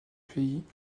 pays